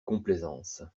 complaisance